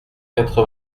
quatre